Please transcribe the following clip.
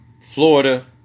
Florida